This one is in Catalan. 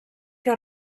que